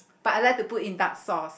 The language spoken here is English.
but I like to put in dark sauce